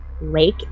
Lake